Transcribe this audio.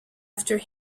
after